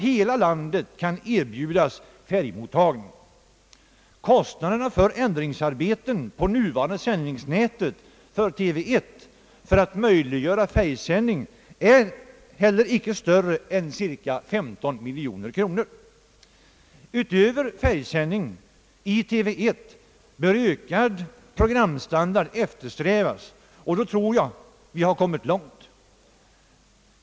Hela landet kan därmed erhålla färgmottagning samtidigt. Kostnaderna är heller icke större än cirka 15 miljoner kronor för de ändringsarbeten på nuvarande sändningsnät för TV 1 som möjliggör färgsändning. Utöver färgsändning i TV 1 bör man eftersträva förbättrad programstandard. Förverkligas detta tror jag att vi har kommit långt.